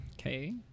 Okay